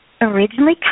originally